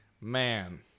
Man